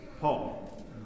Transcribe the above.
Paul